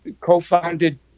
co-founded